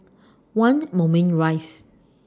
one Moulmein Rise